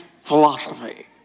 philosophy